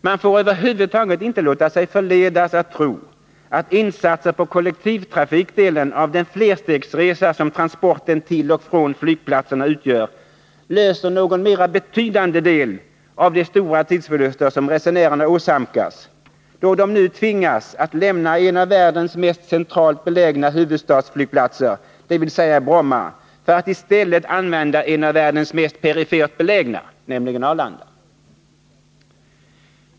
Man får över huvud taget inte låta sig förledas att tro att insatser på kollektivtrafikdelen av den flerstegsresa som transporten till och från flygplatserna utgör löser någon mera betydande del av problemet med de stora tidsförluster som resenärerna åsamkas, då de nu tvingas att lämna en av världens mest centralt belägna huvudstadsflygplatser, dvs. Bromma, för att i stället använda en av världens mest perifert belägna, nämligen Arlanda.